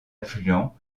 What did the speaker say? affluent